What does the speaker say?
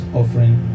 offering